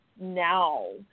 now